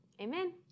amen